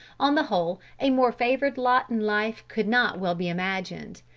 on the whole a more favored lot in life could not well be imagined.